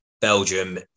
Belgium